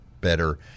better